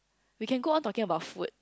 we can go on talking about food